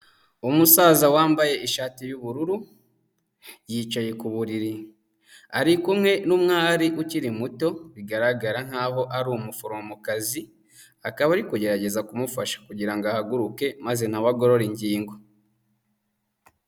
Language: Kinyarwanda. Umusaza wambaye ishati y'ubururu yicaye ku buriri, ari kumwe n'umwari ukiri muto, bigaragara nkaho ari umuforomokazi, akaba ari kugerageza kumufasha kugira ngo ahaguruke maze na we agorora ingingo.